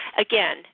Again